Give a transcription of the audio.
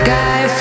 Sky